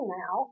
now